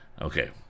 okay